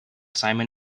simon